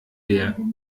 der